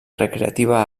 recreativa